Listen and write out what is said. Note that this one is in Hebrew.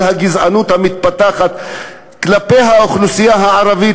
על הגזענות המתפתחת כלפי האוכלוסייה הערבית,